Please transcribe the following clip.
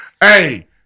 Hey